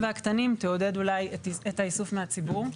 והקטנים תעודד אולי את האיסוף מהציבור.